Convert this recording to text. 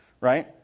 Right